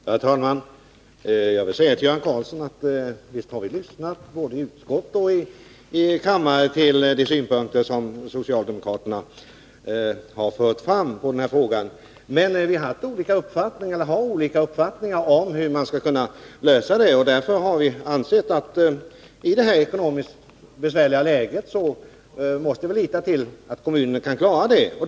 Herr talman! Jag vill säga till Göran Karlsson att visst har vi lyssnat, både i utskott och i kammare, till de synpunkter på denna fråga som socialdemokraterna har fört fram. Men vi har haft och har olika uppfattningar om hur man skall kunna lösa den. Därför har vi ansett att vi i detta ekonomiskt besvärliga läge måste lita till att kommunerna kan klara det.